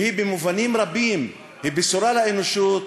והיא במובנים רבים בשורה לאנושות,